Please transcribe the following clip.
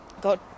got